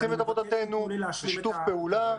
אנחנו עושים את עבודתנו בשיתוף פעולה,